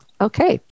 Okay